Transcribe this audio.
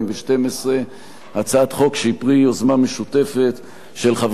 הצעת חוק שהיא פרי יוזמה משותפת של חברי הכנסת משה גפני,